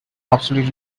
obsolete